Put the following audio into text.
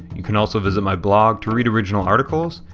you can also visit my blog to read original articles,